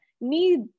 need